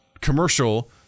commercial